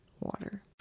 water